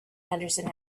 henderson